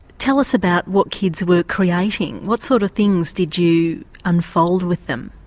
tell us about what kids were creating. what sort of things did you unfold with them?